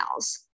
emails